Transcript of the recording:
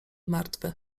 martwy